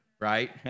right